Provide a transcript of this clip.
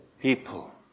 people